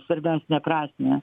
svarbesnę prasmę